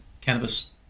cannabis